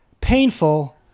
painful